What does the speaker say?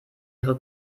ihre